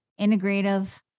integrative